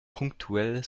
punktuell